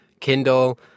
kindle